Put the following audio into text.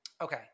Okay